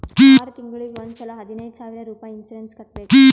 R ತಿಂಗುಳಿಗ್ ಒಂದ್ ಸಲಾ ಹದಿನೈದ್ ಸಾವಿರ್ ರುಪಾಯಿ ಇನ್ಸೂರೆನ್ಸ್ ಕಟ್ಬೇಕ್